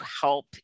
help